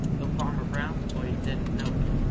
though farmer brown's boy didn't know it.